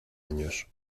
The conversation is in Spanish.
años